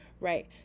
right